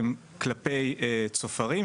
הן כלפי צופרים,